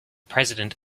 president